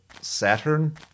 Saturn